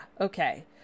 okay